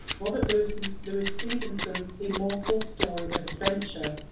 robert louis and louis stevenson's immortal story of adventure.